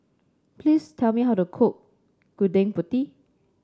please tell me how to cook Gudeg Putih